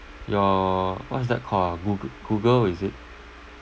your what's that called ah goog~ google is it